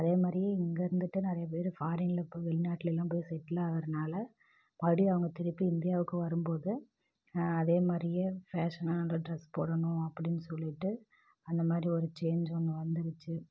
அதேமாதிரி இங்கே இருந்துகிட்டு நிறையா பேர் ஃபாரின்ல போய் வெளிநாட்டிலயும் போய் செட்டில் ஆகுறதனால மறுபடியும் அவங்க திருப்பி இந்தியாவுக்கு வரும்போது அதேமாதிரியே ஃபேஷனாக நல்ல ட்ரெஸ் போடணும் அப்படீனு சொல்லிட்டு அந்தமாதிரி ஒரு சேஞ்ச் ஒன்று வந்துடுச்சு